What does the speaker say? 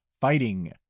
fighting